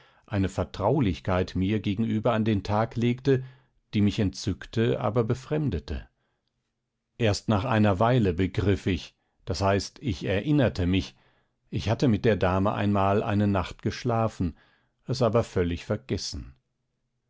eine vertraulichkeit mir gegenüber an den tag legte die mich entzückte aber befremdete erst nach einer weile begriff ich d h ich erinnerte mich ich hatte mit der dame einmal eine nacht geschlafen es aber völlig vergessen